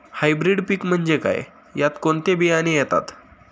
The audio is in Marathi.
हायब्रीड पीक म्हणजे काय? यात कोणते बियाणे येतात?